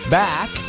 back